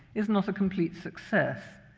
is not a complete success.